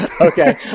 Okay